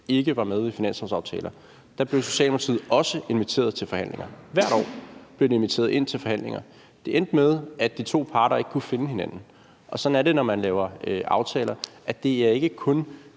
ikke var med i finanslovsaftaler, blev Socialdemokratiet også inviteret til forhandlinger. Hvert år blev de inviteret ind til forhandlinger. Det endte med, at de to parter ikke kunne finde hinanden. Og sådan er det, når man laver aftaler; det er ikke kun